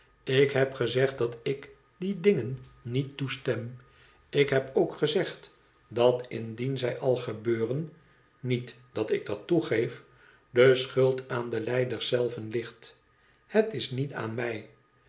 ik heb gezegd dat ik die dingen niet toestem ik heb ook gezegd dat indien zij al gebeuren niet dat ik dat toegeef de schuld aan de lijders zelven ligt het is niet aan my